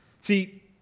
See